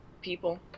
people